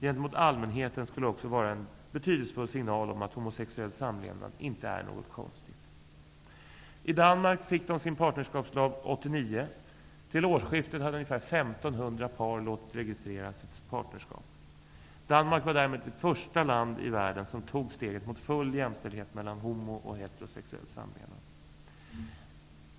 Gentemot allmänheten skulle det också vara en betydelsefull signal om att homosexuell samlevnad inte är något konstigt. I Danmark fick man sin partnerskapslag 1989. Till årskiftet hade ungefär 1 500 par låtit registrera sitt partnerskap. Danmark var därmed det första land i världen som tog steget mot full jämställdhet mellan homosexuell och heterosexuell samlevnad.